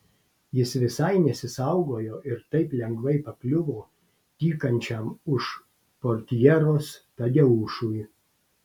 jis visai nesisaugojo ir taip lengvai pakliuvo tykančiam už portjeros tadeušui